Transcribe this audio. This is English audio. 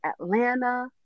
Atlanta